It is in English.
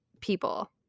people